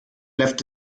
left